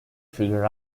figured